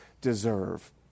deserve